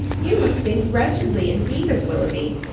you must think wretchedly indeed of willoughby,